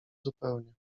zupełnie